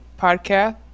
podcast